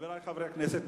חברי חברי הכנסת,